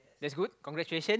that's good congratulations